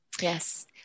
Yes